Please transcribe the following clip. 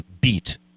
beat